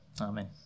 Amen